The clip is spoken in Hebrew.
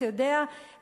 אתה יודע,